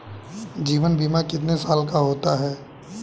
जीवन बीमा कितने साल का होता है?